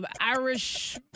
Irish